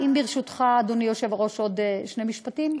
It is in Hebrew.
ברשותך, אדוני היושב-ראש, עוד שני משפטים.